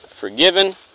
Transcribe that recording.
forgiven